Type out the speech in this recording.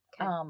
Okay